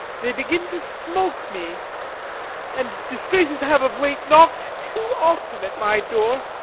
they begin to smoke me and disgraces have of late knock'd to often at my door.